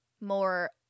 more